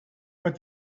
but